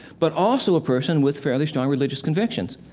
but also a person with fairly strong religious convictions.